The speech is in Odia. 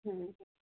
ହୁଁ